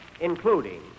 including